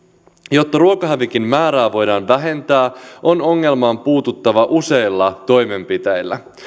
jotta ruokahävikin määrää voidaan vähentää on ongelmaan puututtava useilla toimenpiteillä